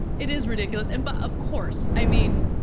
it is ridiculous. and but of course, i mean,